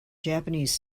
japanese